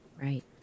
Right